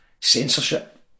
censorship